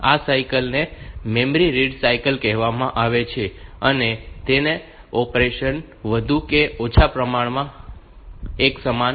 આ સાયકલ ને memory read cycle કહેવામાં આવે છે અને તેના ઓપરેશ વધુ કે ઓછા પ્રમાણમાં એક સમાન છે